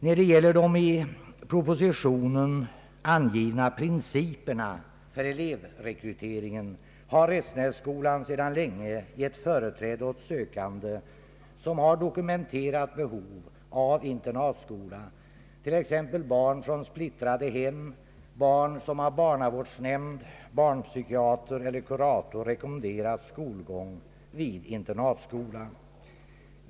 När det gäller de i propositionen angivna principerna för elevrekryteringen vill jag framhålla att Restenässkolan se dan länge givit företräde åt sökande som har dokumenterat behov av att gå i internatskola, t.ex. barn från splittrade hem och barn som av barnavårdsnämnd, barnpsykiater eller kurator rekommenderats skolgång vid internatskola. Som enda internatskola i Västsverige fyller skolan ett verkligt behov.